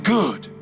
good